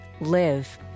live